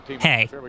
Hey